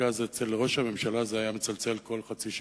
כי אז אצל ראש הממשלה זה היה מצלצל כל חצי שעה,